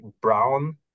brown